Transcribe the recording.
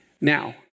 Now